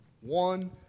One